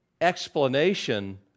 explanation